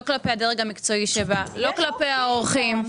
לא כלפי הדרג המקצועי שלה ולא כלפי האורחים.